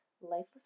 lifeless